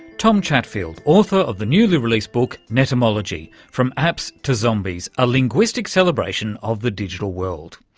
tom chatfield, author of the newly released book netymology from apps to zombies a linguistic celebration of the digital world.